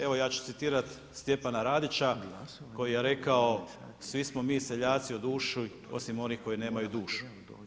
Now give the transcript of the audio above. Evo ja ću citirati Stjepana Radića koji je rekao, svi smo mi seljaci u duši osim onih koji nemaju dušu.